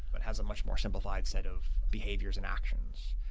but has a much more simplified set of behaviors and actions.